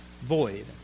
void